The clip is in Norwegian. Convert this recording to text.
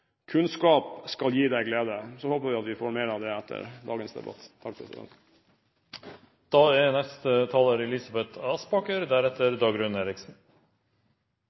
kunnskap skal gi deg glede.» Så håper vi at vi får mer av det etter dagens debatt. Jeg vil også takke for det jeg oppfatter har vært en bra debatt, selv om vi er